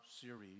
series